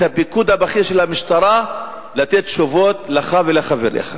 הפיקוד הבכיר של המשטרה לתת תשובות לך ולחבריך.